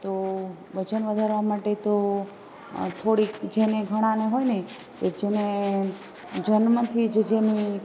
તો વજન વધારવાં માટે તો થોડીક જેને ઘણાને હોય ને કે જેને જન્મથી જ જેની